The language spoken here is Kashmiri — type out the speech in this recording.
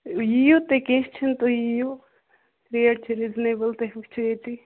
یِیِو تۄہہِ کیٚنٛہہ چھُنہٕ تۄہہِ یِیِو تۄہہِ وٕچھ ییٚتی